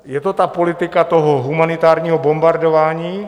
Je to ta politika humanitárního bombardování?